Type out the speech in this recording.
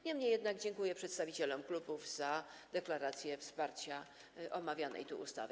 Niemniej jednak dziękuję przedstawicielom klubów za deklarację wsparcia omawianej tu ustawy.